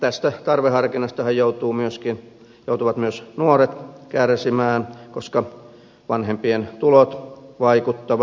tästä tarveharkinnastahan joutuvat myös nuoret kärsimään koska vanhempien tulot vaikuttavat